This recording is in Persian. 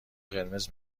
قرمز